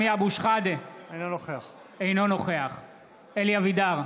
שחאדה, אינו נוכח אלי אבידר,